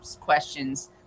questions